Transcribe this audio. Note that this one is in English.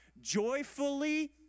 joyfully